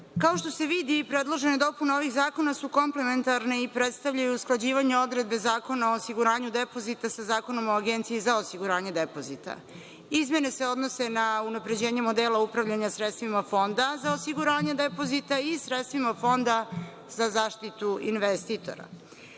Kao što se vidi, predložene dopune ovih zakona su komplementarne i predstavljaju usklađivanje odredbe Zakona o osiguranju depozita sa Zakonom o Agenciji za osiguranje depozita. Izmene se odnose na unapređenje modela upravljanja sredstvima Fonda za osiguranje depozita i sredstvima Fonda za zaštitu investitora. Sredstva